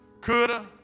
coulda